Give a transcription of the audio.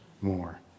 more